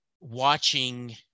watching